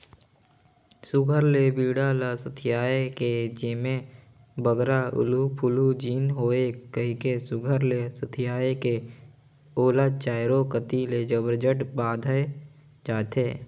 सुग्घर ले धान कर बीड़ा ल सथियाए के जेम्हे बगरा उलु फुलु झिन होए कहिके सुघर ले सथियाए के ओला चाएरो कती ले बजरबट बाधल जाथे